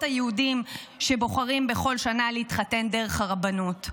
היהודים שבוחרים בכל שנה להתחתן דרך הרבנות.